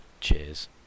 Cheers